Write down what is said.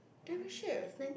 then which year